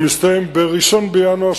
ומסתיים ב-1 בינואר,